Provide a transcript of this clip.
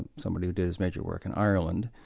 and somebody who did his major work in ireland,